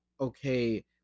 okay